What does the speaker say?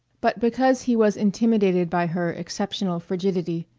but because he was intimidated by her exceptional frigidity,